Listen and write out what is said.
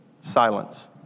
Silence